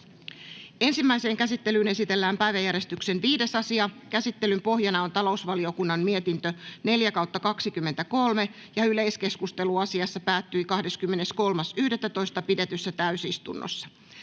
Ensimmäiseen käsittelyyn esitellään päiväjärjestyksen 5. asia. Käsittelyn pohjana on talousvaliokunnan mietintö TaVM 4/2023 vp. Yleiskeskustelu asiasta päättyi 23.11.2023 pidetyssä täysistunnossa.